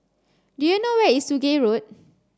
do you know where is Sungei Road